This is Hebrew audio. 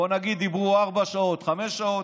בוא נגיד שדיברו ארבע שעות, חמש שעות,